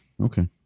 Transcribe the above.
Okay